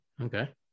okay